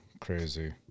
Crazy